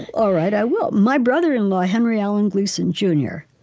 all right. i will. my brother-in-law, henry allan gleason, jr,